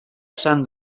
esan